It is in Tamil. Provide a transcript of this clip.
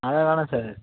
அதெல்லாம் வேணாம் சார்